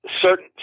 certain